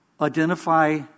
identify